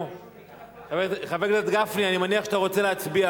חבר הכנסת גפני, אני מניח שאתה רוצה להצביע